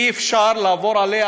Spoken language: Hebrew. אי-אפשר לעבור עליה